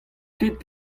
ket